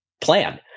plan